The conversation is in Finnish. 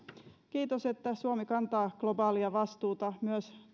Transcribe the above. kiitos että suomi kantaa globaalia vastuuta myös